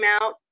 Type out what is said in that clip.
out